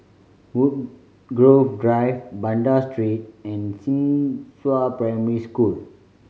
Woodgrove Drive Banda Street and Xinghua Primary School